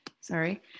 Sorry